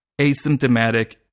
asymptomatic